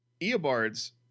Eobard's